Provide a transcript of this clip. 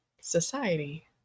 society